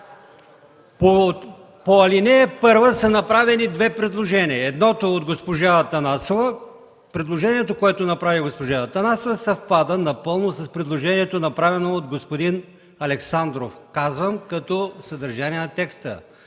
По ал. 1 са направени две предложения. Предложението, което направи госпожа Атанасова съвпада напълно с предложението, направено от господин Александров. Казвам: като съдържание на текста,